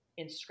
instagram